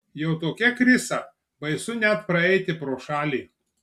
jau tokia krisa baisu net praeiti pro šalį